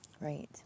Right